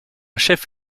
chef